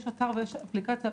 ועכשיו יש אתר ויש אפליקציה.